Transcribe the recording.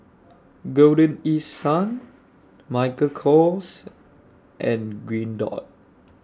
Golden East Sun Michael Kors and Green Dot